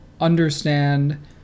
understand